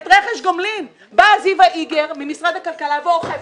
את רכש גומלין באה זיוה איגר ממשרד הכלכלה ואוכפת,